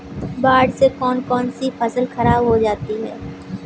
बाढ़ से कौन कौन सी फसल खराब हो जाती है?